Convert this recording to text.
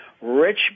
Rich